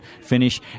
finish